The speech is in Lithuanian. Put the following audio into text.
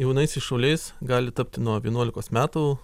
jaunaisiais šauliais gali tapti nuo vienuolikos metų